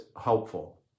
helpful